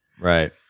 Right